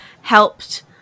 helped